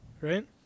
right